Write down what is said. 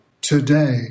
today